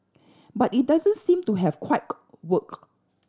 but it doesn't seem to have worked